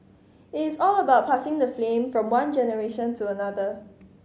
it is all about passing the flame from one generation to another